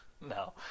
No